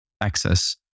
access